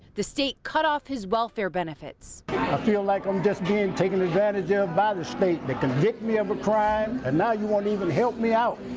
the state cut off his welfare benefits. i feel like i'm just being taken advantage of by the state. they convict me of a crime and now you won't even help me out?